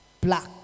Black